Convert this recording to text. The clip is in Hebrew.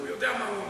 הוא יודע מה הוא אומר.